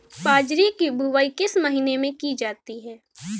बाजरे की बुवाई किस महीने में की जाती है?